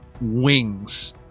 wings